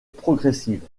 progressive